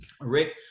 Rick